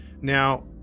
Now